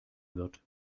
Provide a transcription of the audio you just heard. wird